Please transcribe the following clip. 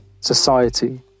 society